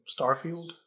Starfield